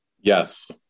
Yes